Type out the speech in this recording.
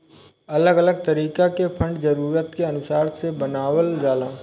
अलग अलग तरीका के फंड जरूरत के अनुसार से बनावल जाला